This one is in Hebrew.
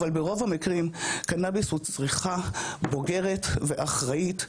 אבל ברוב המקרים קנביס הוא צריכה בוגרת ואחראית,